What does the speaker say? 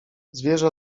zwierzę